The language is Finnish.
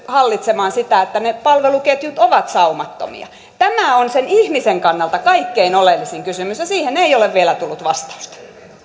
hallitsemaan sitä että ne palveluketjut ovat saumattomia tämä on sen ihmisen kannalta kaikkein oleellisin kysymys ja siihen ei ole vielä tullut vastausta